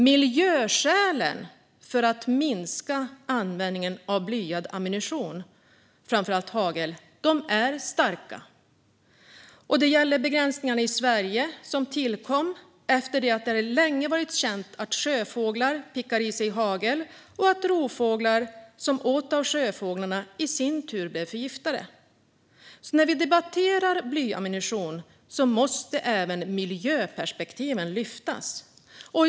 Miljöskälen för att minska användningen av blyad ammunition, framför allt hagel, är starka. De gällande begränsningarna i Sverige tillkom eftersom det länge varit känt att sjöfåglar pickar i sig hagel och att rovfåglar som äter av sjöfåglarna i sin tur blir förgiftade. När vi debatterar blyammunition måste även miljöperspektiven lyftas fram.